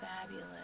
Fabulous